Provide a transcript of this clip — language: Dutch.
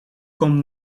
komt